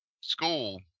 school